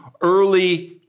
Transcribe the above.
early